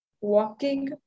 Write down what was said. walking